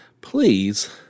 Please